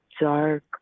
dark